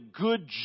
good